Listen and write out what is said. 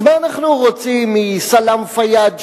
אז מה אנחנו רוצים מסלאם פיאד,